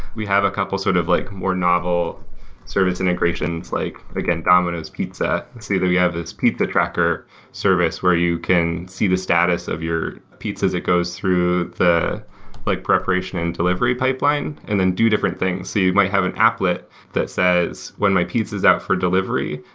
we have a couple sort of like more novel service integrations like, again, domino's pizza. it's either you have this pizza tracker service where you can see the status of your pizzas. it goes through the like preparation and delivery pipeline and then do different things. you might have an applet that says, when my pizza is out for delivery,